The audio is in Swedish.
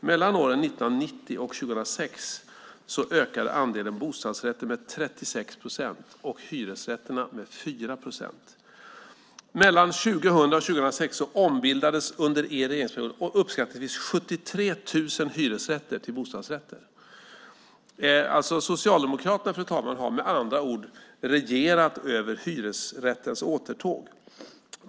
Mellan 1990 och 2006 ökade andelen bostadsrätter med 36 procent och hyresrätterna med 4 procent. Under er regeringsperiod, mellan 2000 och 2006, ombildades uppskattningsvis 73 000 hyresrätter till bostadsrätter. Socialdemokraterna har, fru talman, med andra ord regerat över hyresrättens återtåg.